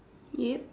ya